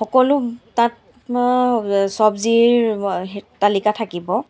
সকলো তাত চবজিৰ সেই তালিকা থাকিব